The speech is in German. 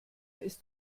ist